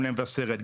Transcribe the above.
גם למבשרת,